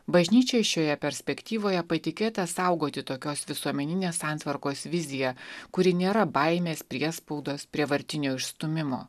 bažnyčiai šioje perspektyvoje patikėta saugoti tokios visuomeninės santvarkos viziją kuri nėra baimės priespaudos prievartinio išstūmimo